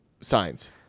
signs